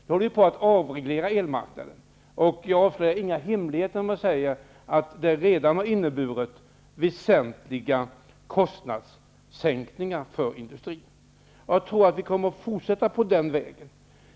Nu håller vi på att avreglera elmarknaden, och jag avslöjar inga hemligheter om jag säger att detta redan har inneburit väsentliga kostnadssänkningar för industrin. Jag tror att vi kommer att fortsätta på den vägen.